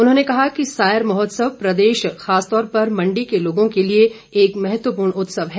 उन्होंने कहा कि सायर महोत्सव प्रदेश विशेषकर मंडी के लोगों के लिए एक महत्वपूर्ण उत्सव है